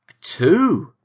Two